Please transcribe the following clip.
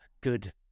good